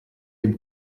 dem